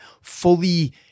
fully